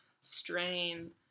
strain